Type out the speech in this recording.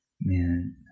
man